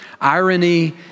irony